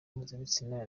mpuzabitsina